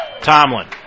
Tomlin